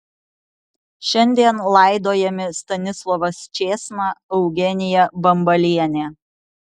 šiandien laidojami stanislovas čėsna eugenija bambalienė